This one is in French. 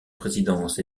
présidence